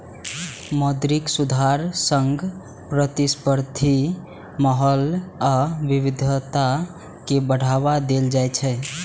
मौद्रिक सुधार सं प्रतिस्पर्धी माहौल आ विविधता कें बढ़ावा देल जाइ छै